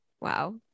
Wow